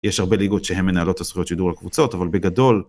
יש הרבה ליגות שהן מנהלות את הזכויות שידור על קבוצות, אבל בגדול...